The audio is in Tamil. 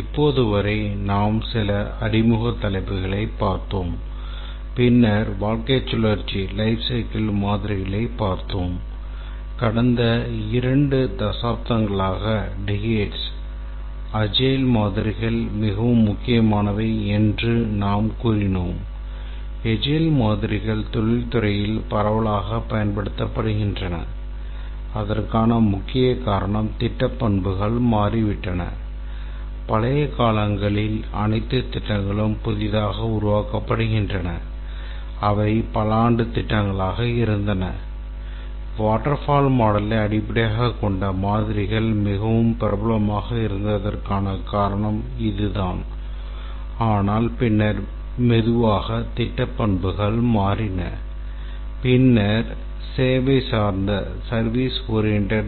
இப்போது வரை நாங்கள் சில அறிமுக தலைப்புகளைப் பார்த்தோம் பின்னர் வாழ்க்கைச் சுழற்சி